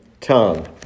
tongue